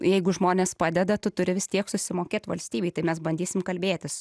jeigu žmonės padeda tu turi vis tiek susimokėt valstybei tai mes bandysim kalbėtis